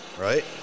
Right